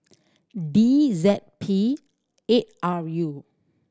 D Z P eight R U